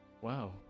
Wow